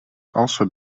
also